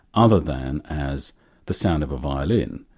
other than as the sound of a violin,